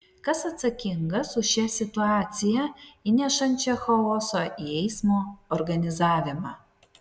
kas atsakingas už šią situaciją įnešančią chaoso į eismo organizavimą